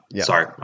sorry